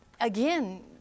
Again